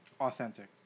authentic